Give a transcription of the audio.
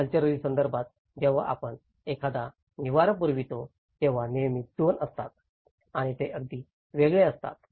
culturally संदर्भात जेव्हा आपण एखादा निवारा पुरवतो तेव्हा नेहमीच दोन असतात आणि ते अगदी वेगळे असतात